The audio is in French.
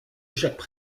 jacques